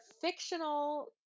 fictional